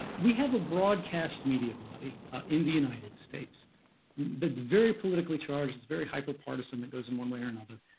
ah we have a broadcast media body ah in the united states that is very politically charged, very hyper partisan that goes in one way or another.